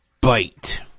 Bite